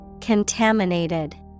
Contaminated